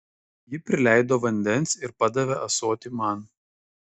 ji prileido vandens ir padavė ąsotį man